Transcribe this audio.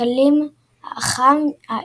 האקלים החם,